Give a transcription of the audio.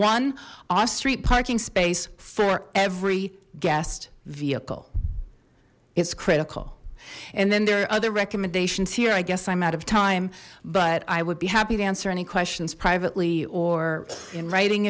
one off street parking space for every guests vehicle it's critical and then there are other recommendations here i guess i'm out of time but i would be happy to answer any questions privately or in writing